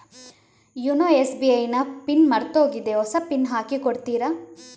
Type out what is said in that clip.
YONO SBI ನ PIN ಮರ್ತೋಗಿದೆ ಹೊಸ ಪಿನ್ ಹಾಕಿ ಕೊಡ್ತೀರಾ?